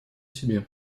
себе